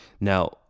Now